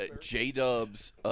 J-Dub's